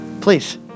Please